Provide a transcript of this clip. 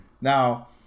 Now